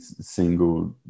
single